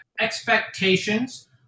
expectations